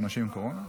קורונה?